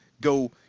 go